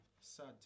Sad